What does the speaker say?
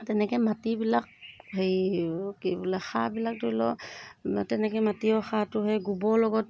তেনেকৈ মাটিবিলাক হেৰি কি বোলে সাৰবিলাক ধৰি লওক তেনেকৈ মাটিৰ সাৰটো সেই গোবৰ লগত